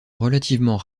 relativement